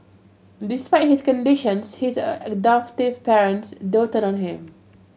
despite his conditions his adoptive parents doted on him